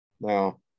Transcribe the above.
Now